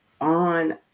on